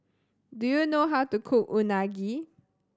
do you know how to cook Unagi